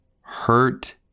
hurt